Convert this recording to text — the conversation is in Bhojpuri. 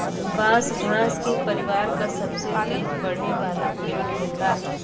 बांस घास के परिवार क सबसे तेज बढ़े वाला पेड़ होला